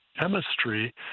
chemistry